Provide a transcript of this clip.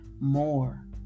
more